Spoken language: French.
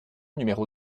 numéro